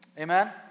Amen